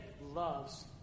loves